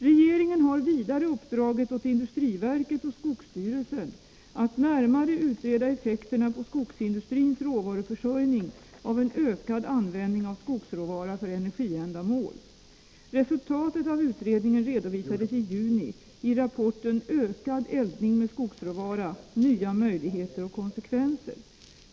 Regeringen har vidare uppdragit åt industriverket och skogsstyrelsen att närmare utreda effekterna på skogsindustrins råvaruförsörjning av en ökad användning av skogsråvara för energiändamål. Resultatet av utredningen redovisades i juni i rapporten Ökad eldning med skogsråvara — nya möjligheter och konsekvenser.